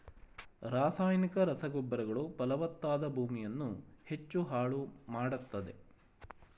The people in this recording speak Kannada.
ರಾಸಾಯನಿಕ ರಸಗೊಬ್ಬರಗಳು ಫಲವತ್ತಾದ ಭೂಮಿಯನ್ನು ಹೆಚ್ಚು ಹಾಳು ಮಾಡತ್ತದೆ